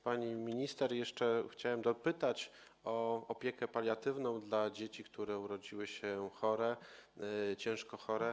Pani minister, jeszcze chciałem dopytać o opiekę paliatywną dla dzieci, które urodziły się ciężko chore.